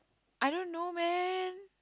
I don't know man